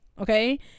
Okay